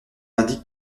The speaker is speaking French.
indique